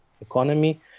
economy